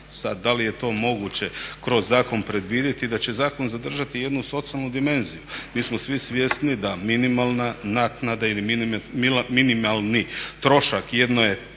da li je to moguće kroz zakon predvidjeti, da će zakon zadržati jednu socijalnu dimenziju. Mi smo svi svjesni da minimalna naknada ili minimalni trošak jednog